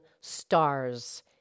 stars